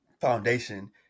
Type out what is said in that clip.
foundation